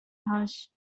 هاش